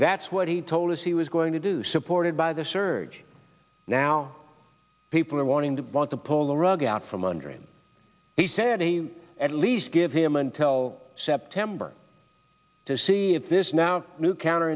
that's what he told us he was going to do supported by the surge now people are wanting to want to pull the rug out from under him he said he at least give him until september to see if this now new counter